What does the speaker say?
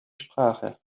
sprache